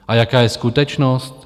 A jaká je skutečnost?